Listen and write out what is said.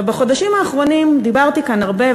בחודשים האחרונים דיברתי כאן הרבה,